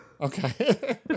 Okay